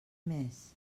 més